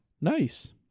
Nice